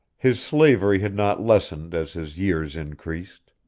his slavery had not lessened as his years increased.